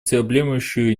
всеобъемлющую